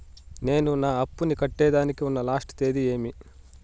నేను నా అప్పుని కట్టేదానికి ఉన్న లాస్ట్ తేది ఏమి?